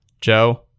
Joe